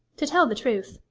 to tell the truth,